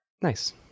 Nice